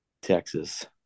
Texas